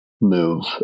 Move